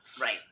Right